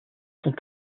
sont